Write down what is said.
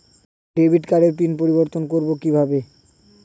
Debit কার্ডের pin পরিবর্তন করবো কীভাবে?